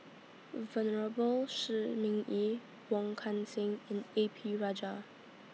Venerable Shi Ming Yi Wong Kan Seng and A P Rajah